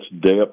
depth